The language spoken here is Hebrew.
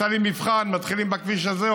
מסעוד גנאים עשה לי מבחן: מתחילים בכביש הזה,